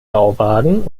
bauwagen